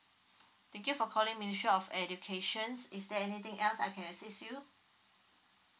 thank you for calling ministry of education is there anything else I can assist you